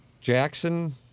Jackson